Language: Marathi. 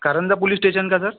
कारंजा पोलीस स्टेशन का सर